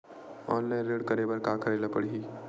Online ऋण करे बर का करे ल पड़हि?